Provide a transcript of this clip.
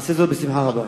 נעשה זאת בשמחה רבה.